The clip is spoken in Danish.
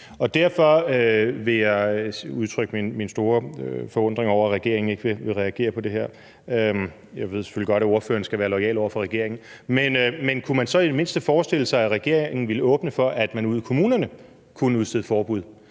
Derfor vil jeg udtrykke min store forundring over, at regeringen ikke vil reagere på det her. Jeg ved selvfølgelig godt, at ordføreren skal være loyal over for regeringen. Men kunne man så i det mindste forestille sig, at regeringen ville åbne for, at man ude i kommunerne kunne udstede forbud?